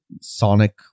sonic